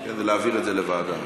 להעביר את הנושא לוועדה?